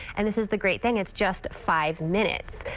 and this is the great thing. it's just five minutes.